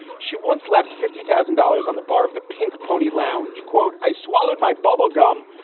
she once left fifty thousand dollars on the bar of the pink pony lounge. quote, i swallowed my bubble gum,